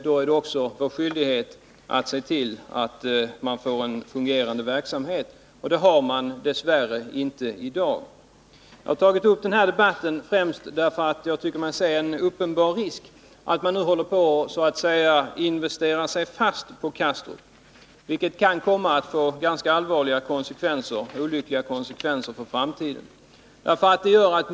Då är det också vår skyldighet att se till att man får en fungerande verksamhet där. Det har man dess värre inte i dag. Jag har tagit upp den här frågan främst därför att jag tycker att det finns en uppenbar risk för att man nu håller på att så att säga investera sig fast på Kastrup, vilket kan komma att få ganska olyckliga konsekvenser för framtiden.